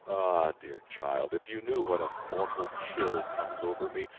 ah! dear child, if you knew what a mortal chill comes over me,